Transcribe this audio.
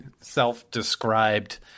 self-described